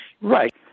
Right